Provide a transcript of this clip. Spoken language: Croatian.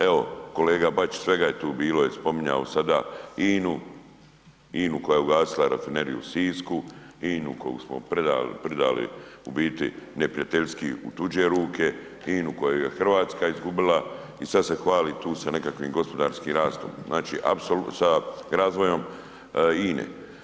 Evo, kolega Bačić, svega je tu bilo i spominjao sada INA-u, INA-u koja je ugasila rafineriju u Sisku, INA-u koju smo predali u biti neprijateljski u tuđe ruke, INA-u koju je Hrvatska izgubila i sada se hvali tu sa nekakvim gospodarskim rastom, znači apsolutno, sa razvojem INA-e.